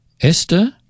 Esther